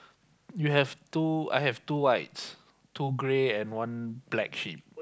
you have two I have two white two grey and one black sheep